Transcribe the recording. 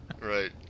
right